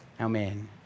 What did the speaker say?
Amen